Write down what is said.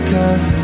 Cause